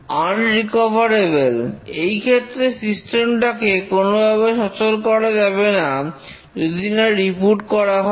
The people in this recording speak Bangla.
আনরিকভারেবল এই ক্ষেত্রে সিস্টেমটাকে কোনভাবে সচল করা যাবে না যদি না রিবুট করা হয়